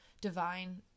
divine